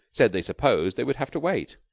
said they supposed they would have to wait.